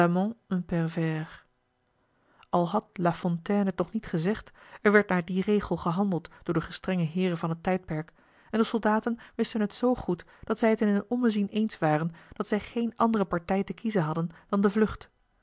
un pervers al had la fontaine het nog niet gezegd er werd naar dien regel gehandeld door de gestrenge heeren van het tijdperk en de soldaten wisten het zoo goed dat zij het in een ommezien eens waren dat zij geene andere partij te kiezen hadden dan de vlucht